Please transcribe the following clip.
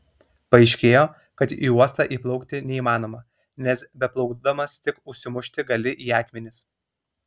paaiškėjo kad į uostą įplaukti neįmanoma nes beplaukdamas tik užsimušti gali į akmenis